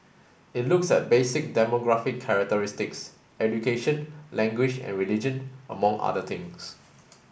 it looks at basic demographic characteristics education language and religion among other things